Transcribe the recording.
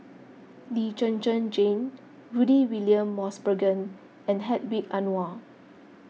Lee Zhen Zhen Jane Rudy William Mosbergen and Hedwig Anuar